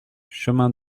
chemin